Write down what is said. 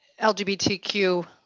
LGBTQ